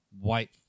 white